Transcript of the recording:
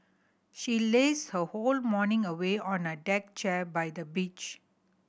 she lazed her whole morning away on a deck chair by the beach